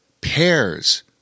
pears